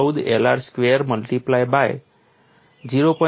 14 Lr square multiply by 0